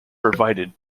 provided